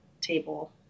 table